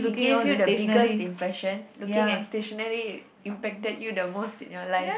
it gave you the biggest impression looking at stationary impacted you the most in your life